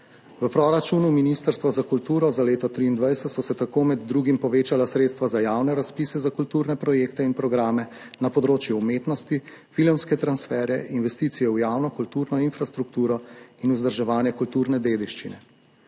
V proračunu Ministrstva za kulturo za leto 2023 so se tako med drugim povečala sredstva za javne razpise za kulturne projekte in programe na področju umetnosti, filmske transfere, investicije v javno kulturno infrastrukturo in vzdrževanje kulturne dediščine.